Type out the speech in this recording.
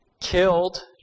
killed